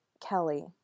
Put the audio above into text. Kelly